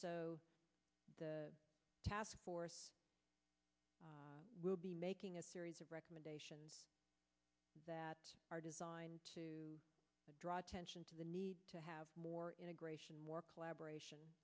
so the task force will be making a series of recommendations that are designed to draw attention to the need to have more integration collaboration